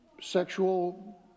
sexual